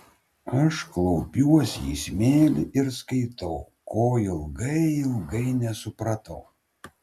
aš klaupiuosi į smėlį ir skaitau ko ilgai ilgai nesupratau